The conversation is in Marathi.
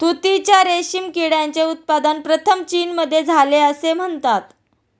तुतीच्या रेशीम किड्याचे उत्पादन प्रथम चीनमध्ये झाले असे म्हणतात